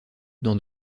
dans